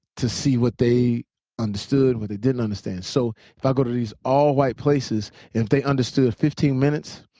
to see what they understood, what they didn't understand. so if i go to these all white places, and if they understood fifteen minutes,